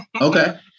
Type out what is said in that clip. Okay